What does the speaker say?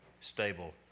stable